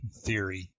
theory